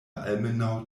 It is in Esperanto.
almenaŭ